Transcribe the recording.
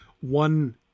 one